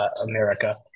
America